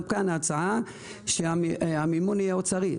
גם כאן ההצעה שהמימון יהיה אוצרי,